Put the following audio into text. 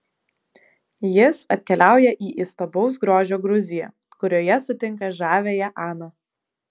jis atkeliauja į įstabaus grožio gruziją kurioje sutinka žaviąją aną